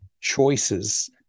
choices